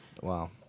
Wow